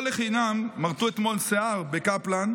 לא לחינם מרטו אתמול שיער בקפלן.